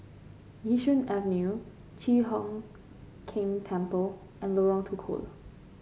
Yishun Avenue Chi Hock Keng Temple and Lorong Tukol